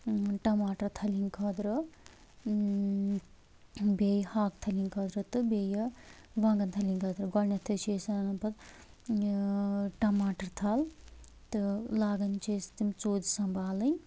ٹماٹر تھلہِ ہنٛدِ خٲطرٕ بیٚیہِ ہاکہٕ تھلہِ ہنٛدِ خٲطرٕ تہٕ بیٚیہِ وانٛگن تھلہِ ہنٛدِ خٲطرٕ گۄڈٕنٮ۪تھٕے چھِ أسۍ انان پتہٕ ٹماٹر تھل تہٕ لاگان چھِ أسۍ تِم ژوٗلۍ سنٛبھالٕنۍ